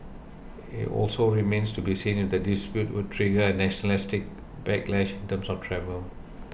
it also remains to be seen if the dispute would trigger a nationalistic backlash in terms of travel